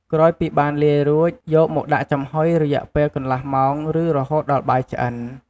ក្រោយពីបានលាយរួច យកមកដាក់ចំហុយរយៈពេលកន្លះម៉ោងឬរហូតដល់បាយឆ្អិន។